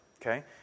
Okay